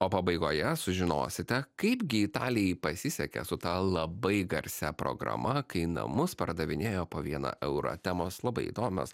o pabaigoje sužinosite kaipgi italijai pasisekė su ta labai garsia programa kai namus pardavinėjo po vieną eurą temos labai įdomios